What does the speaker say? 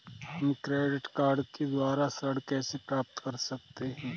हम credit card के द्वारा ऋण कैसे प्राप्त कर सकते हैं?